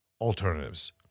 alternatives